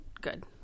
good